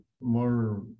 more